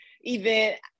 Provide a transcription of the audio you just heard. event